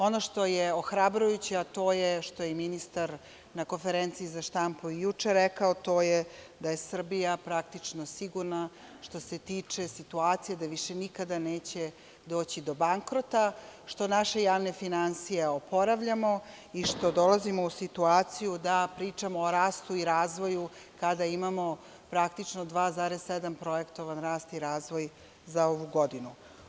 Ono što je ohrabrujuće, a to je što je i ministar na konferenciji za štampu juče rekao, to je da je Srbija praktično sigurna što se tiče situacije da više nikada neće doći do bankrota, što naše javne finansije oporavljamo i što dolazimo u situaciju da pričamo o rastu i razvoju kada imamo praktično 2,7 projektovan rast i razvoj za ovu godinu.